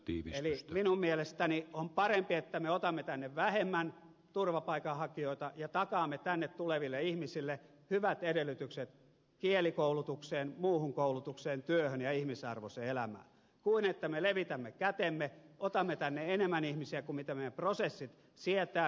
eli minun mielestäni on parempi että me otamme tänne vähemmän turvapaikanhakijoita ja takaamme tänne tuleville ihmisille hyvät edellytykset kielikoulutukseen muuhun koulutukseen työhön ja ihmisarvoiseen elämään kuin että me levitämme kätemme otamme tänne enemmän ihmisiä kuin mitä meidän prosessimme sietävät